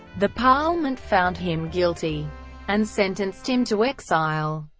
the parlement found him guilty and sentenced him to exile.